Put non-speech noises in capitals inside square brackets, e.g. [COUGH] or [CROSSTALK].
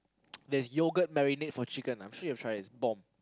[NOISE] there's yogurt marinate for chicken I'm sure you've tried it it's bomb